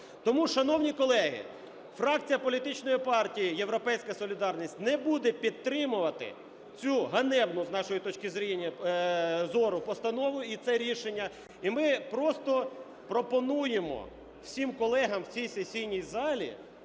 Тому, шановні колеги, фракція політичної партії "Європейська солідарність" не буде підтримувати цю ганебну, з нашої точки зору, постанову і це рішення, і ми просто пропонуємо всім колегам в цій сесійній залі